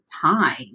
time